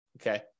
okay